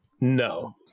No